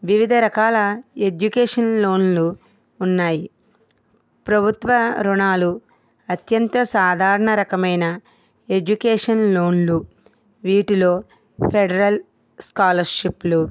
వివిధ రకాల ఎడ్యుకేషన్ లోన్లు ఉన్నాయి ప్రభుత్వ రుణాలు అత్యంత సాధారణ రకమైన ఎడ్యుకేషన్ లోన్లు వీటిలో ఫెడరల్ స్కాలర్షిప్లు